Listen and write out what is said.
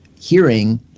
hearing